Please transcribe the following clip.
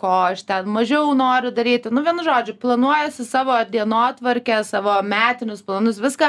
ko aš ten mažiau noriu daryti nu vienu žodžiu planuojasi savo dienotvarkę savo metinius planus viską